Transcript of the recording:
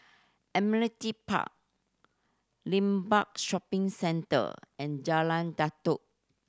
Admiralty Park Limbang Shopping Centre and Jalan Datoh